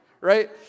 right